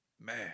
man